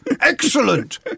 Excellent